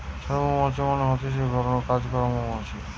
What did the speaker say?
শ্রমিক মৌমাছি মানে হতিছে গটে ধরণের কাজ করা মৌমাছি